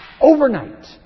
Overnight